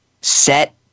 set